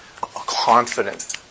confident